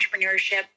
entrepreneurship